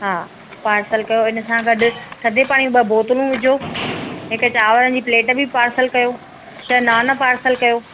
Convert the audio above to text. हा पार्सल कयो इन सां गॾु थधे पाणीअ जूं ॿ बोतलूं विझो हिकु चांवरनि जी प्लेट बि पार्सल कयो छह नान पार्सल कयो